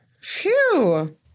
Phew